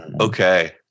Okay